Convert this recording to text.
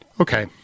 Okay